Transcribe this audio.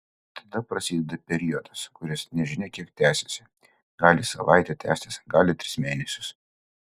tada prasideda periodas kuris nežinia kiek tęsiasi gali savaitę tęstis gali tris mėnesius